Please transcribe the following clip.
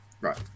right